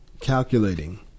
calculating